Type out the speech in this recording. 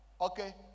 okay